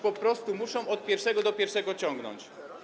Po prostu muszą od pierwszego do pierwszego ciągnąć.